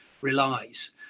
relies